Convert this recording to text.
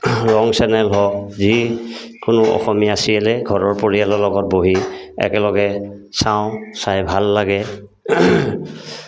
ৰং চেনেল হওক যি কোনো অসমীয়া চিৰিয়েলেই ঘৰৰ পৰিয়ালৰ লগত বহি একেলগে চাওঁ চাই ভাল লাগে